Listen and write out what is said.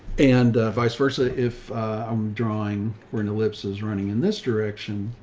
and vice versa. if a i'm drawing where an ellipses running in this direction,